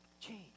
Change